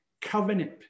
covenant